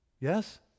Yes